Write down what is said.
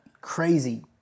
crazy